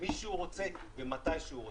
למי שהוא רוצה ומתי שהוא רוצה.